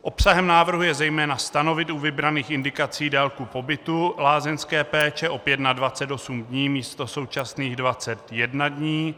Obsahem návrhu je zejména stanovit u vybraných indikací délku pobytu lázeňské péče opět na 28 dní místo současných 21 dní.